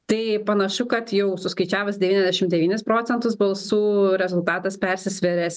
tai panašu kad jau suskaičiavus devyniasdešim devynis procentus balsų rezultatas persisvėręs